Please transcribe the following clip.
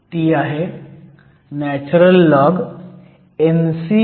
ती आहे lnNcND2